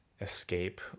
escape